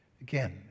again